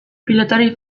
pilotari